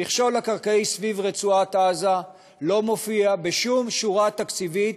המכשול הקרקעי סביב רצועת-עזה לא מופיע בשום שורה תקציבית